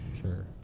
Sure